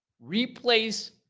replace